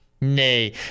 nay